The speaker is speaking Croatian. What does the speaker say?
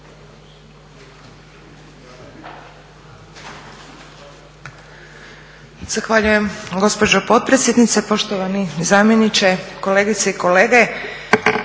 Zahvaljujem gospođo potpredsjednice. Poštovani zamjeniče, kolegice i kolege.